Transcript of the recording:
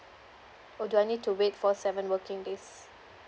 or do I need to wait for seven working days